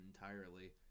entirely